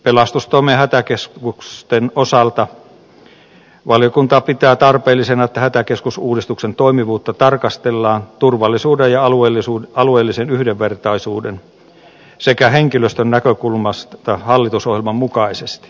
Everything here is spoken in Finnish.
pelastustoimen ja hätäkeskusten osalta valiokunta pitää tarpeellisena että hätäkeskusuudistuksen toimivuutta tarkastellaan turvallisuuden ja alueellisen yhdenvertaisuuden sekä henkilöstön näkökulmasta hallitusohjelman mukaisesti